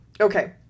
Okay